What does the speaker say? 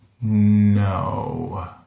no